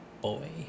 boy